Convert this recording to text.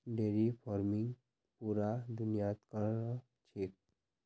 dairy farming पूरा दुनियात क र छेक